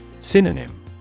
Synonym